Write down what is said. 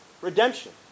redemption